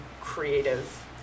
creative